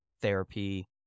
therapy